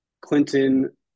Clinton